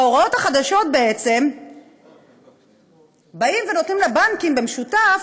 בהוראות החדשות, בעצם נותנים לבנקים במשותף,